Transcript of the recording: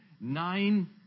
Nine